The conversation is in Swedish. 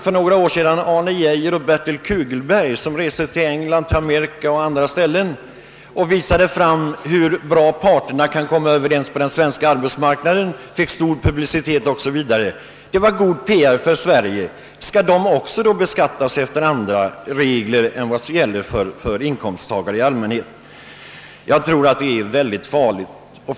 För några år sedan reste Arne Geijer och Bertil Kugelberg till England, Amerika och andra länder och berättade om hur bra parterna på den svenska arbetsmarknaden kom Ööverens. Deras resa fick stor publicitet och de gjorde god PR för Sverige. Skall dessa herrar också beskattas efter andra regler än vad som gäller för inkomsttagare i allmänhet? Jag tror att det är mycket farligt att ge sig in på en sådan väg.